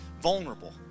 vulnerable